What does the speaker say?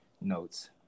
notes